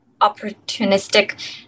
opportunistic